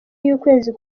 y’ukwezi